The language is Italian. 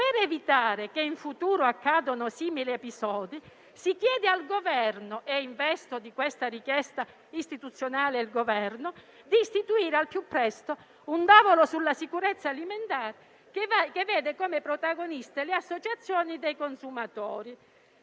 per evitare che in futuro accadano simili episodi, si chiede al Governo - e investo di questa richiesta istituzionale il Governo - di istituire al più presto un tavolo sulla sicurezza alimentare che veda come protagoniste le associazioni dei consumatori.